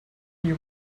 you